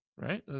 right